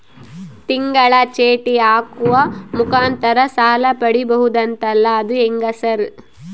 ತಿಂಗಳ ಚೇಟಿ ಹಾಕುವ ಮುಖಾಂತರ ಸಾಲ ಪಡಿಬಹುದಂತಲ ಅದು ಹೆಂಗ ಸರ್?